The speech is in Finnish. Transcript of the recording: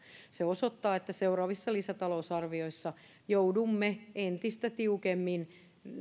se osoittaa että seuraavissa lisätalousarvioissa joudumme entistä tiukemmin